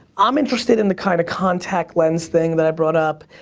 i'm interested in the kind of contact lens thing that i brought up,